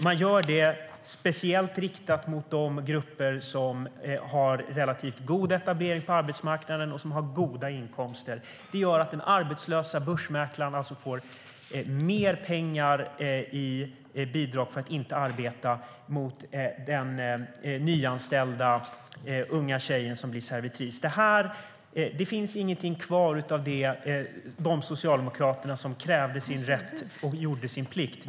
Detta är speciellt riktat mot grupper som har en relativt god etablering på arbetsmarknaden och som har goda inkomster. Det gör att den arbetslösa börsmäklaren får mer pengar i bidrag för att inte arbeta än vad den nyanställda tjejen tjänar som servitris. Det finns ingenting kvar av de socialdemokrater som krävde sin rätt och gjorde sin plikt.